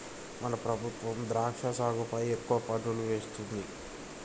మన ప్రభుత్వం ద్రాక్ష సాగుపై ఎక్కువ పన్నులు వేస్తుంది